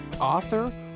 author